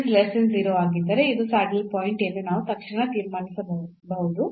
ಈ ಆಗಿದ್ದರೆ ಇದು ಸ್ಯಾಡಲ್ ಪಾಯಿಂಟ್ ಸೆಡಲ್ point ಎಂದು ನಾವು ತಕ್ಷಣ ತೀರ್ಮಾನಿಸಬಹುದು